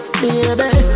baby